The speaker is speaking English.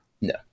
No